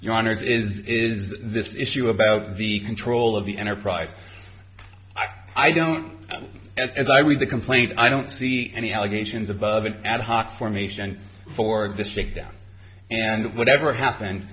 your honour's is is this issue about the control of the enterprise i don't as i read the complaint i don't see any allegations of of an ad hoc formation for district down and whatever happened